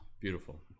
Beautiful